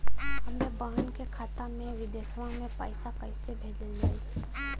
हमरे बहन के खाता मे विदेशवा मे पैसा कई से भेजल जाई?